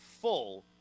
full